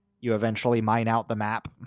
you-eventually-mine-out-the-map